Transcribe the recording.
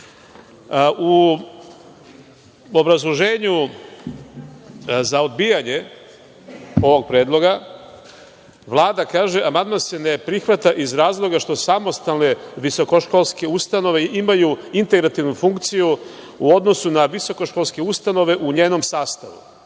obrazloženju za odbijanje ovog predloga, Vlada kaže – amandman se ne prihvata iz razloga što samostalne visokoškolske ustanove imaju integrativnu funkciju u odnosu na visokoškolske ustanove u njenom sastavu.